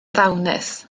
ddawnus